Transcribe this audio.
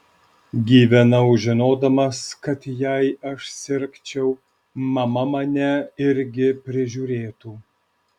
gyvenau žinodamas kad jei aš sirgčiau mama mane irgi prižiūrėtų